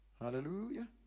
Hallelujah